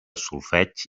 solfeig